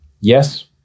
yes